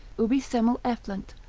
ubi semel efflant,